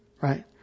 right